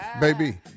Baby